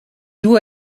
duo